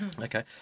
Okay